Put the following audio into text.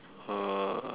uh